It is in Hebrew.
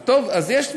אז טוב, אז יש דברים.